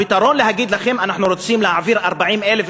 הפתרון הוא להגיד להם "אנחנו רוצים להעביר 40,000,